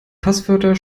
passwörter